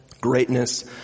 greatness